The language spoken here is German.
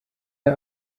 der